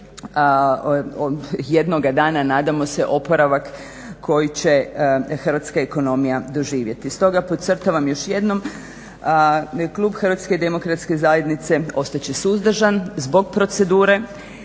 jednoga dana nadamo se oporavak koji će hrvatska ekonomija doživjeti. S toga podcrtavam još jednom da je klub HDZ-a ostat će suzdržan zbog procedure,